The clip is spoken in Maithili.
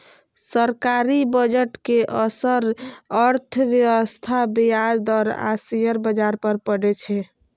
सरकारी बजट के असर अर्थव्यवस्था, ब्याज दर आ शेयर बाजार पर पड़ै छै